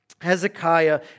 Hezekiah